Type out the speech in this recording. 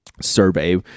survey